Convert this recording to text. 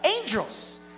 Angels